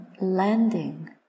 landing